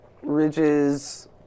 Ridge's